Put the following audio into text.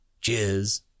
Cheers